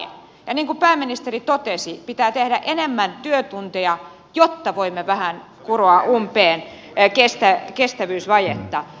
ja niin kuin pääministeri totesi pitää tehdä enemmän työtunteja jotta voimme vähän kuroa umpeen kestävyysvajetta